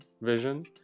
vision